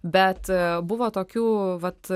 bet buvo tokių vat